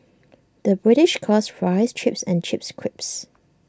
the British calls Fries Chips and Chips Crisps